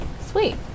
sweet